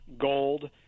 gold